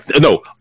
no